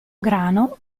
grano